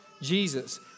Jesus